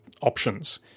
options